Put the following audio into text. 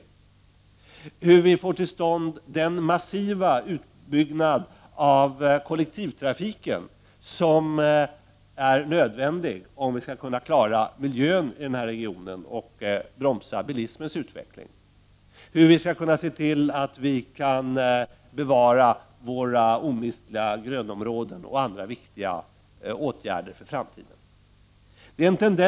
Vidare hur vi skall få till stånd den massiva utbyggnad av kollektivtrafiken som är nödvändig om vi skall klara miljön i regionen och bromsa bilismens utveckling, och hur vi skall kunna se till att vi kan bevara våra omistliga grönområden och andra viktiga åtgärder för framtiden.